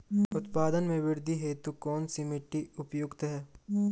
उत्पादन में वृद्धि हेतु कौन सी मिट्टी उपयुक्त है?